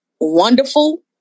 Wonderful